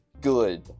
good